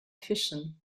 fission